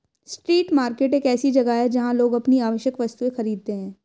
street market एक ऐसी जगह है जहां लोग अपनी आवश्यक वस्तुएं खरीदते हैं